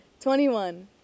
21